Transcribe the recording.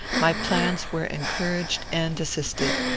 my plans were encouraged and assisted.